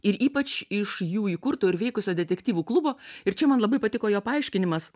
ir ypač iš jų įkurto ir veikusio detektyvų klubo ir čia man labai patiko jo paaiškinimas